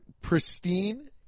pristine